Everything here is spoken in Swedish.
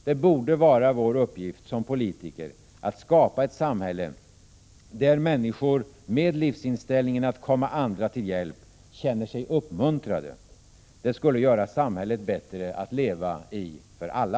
Det borde vara vår uppgift som politiker att skapa ett samhälle där människor med livsinställningen att komma andra till hjälp känner sig uppmuntrade. Det skulle göra samhället bättre att leva i för alla.